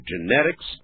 genetics